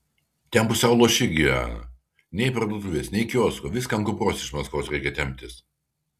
ten pusiau luoši gyvena nei parduotuvės nei kiosko viską ant kupros iš maskvos reikia temptis